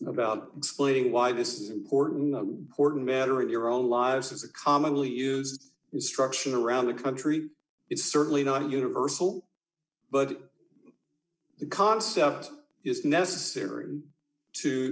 about explaining why this is important horton matter in your own lives is a commonly used instruction around the country it's certainly not universal but the concept is necessary to